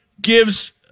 gives